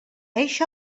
eixa